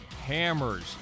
Hammers